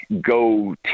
go